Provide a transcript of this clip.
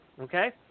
Okay